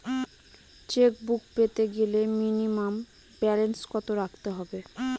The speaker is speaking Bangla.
চেকবুক পেতে গেলে মিনিমাম ব্যালেন্স কত রাখতে হবে?